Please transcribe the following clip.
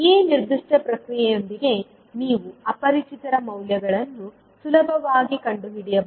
ಈ ನಿರ್ದಿಷ್ಟ ಪ್ರಕ್ರಿಯೆಯೊಂದಿಗೆ ನೀವು ಅಪರಿಚಿತರ ಮೌಲ್ಯಗಳನ್ನು ಸುಲಭವಾಗಿ ಕಂಡುಹಿಡಿಯಬಹುದು